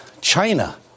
China